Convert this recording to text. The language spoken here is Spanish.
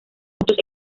muchos